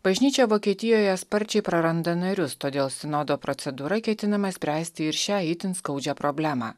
bažnyčia vokietijoje sparčiai praranda narius todėl sinodo procedūra ketinama spręsti ir šią itin skaudžią problemą